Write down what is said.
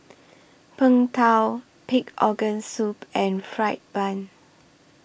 Png Tao Pig'S Organ Soup and Fried Bun